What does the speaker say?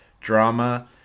drama